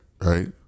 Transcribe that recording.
Right